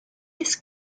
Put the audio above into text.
ist